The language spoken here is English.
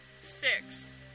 six